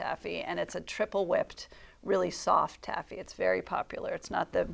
taffy and it's a triple wept really soft taffy it's very popular it's not the